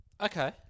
Okay